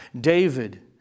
David